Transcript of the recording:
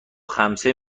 خمسه